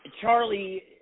Charlie